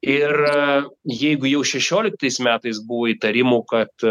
ir jeigu jau šešioliktais metais buvo įtarimų kad